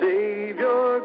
Savior